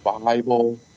Bible